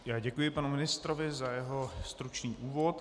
Já děkuji panu ministrovi za jeho stručný úvod.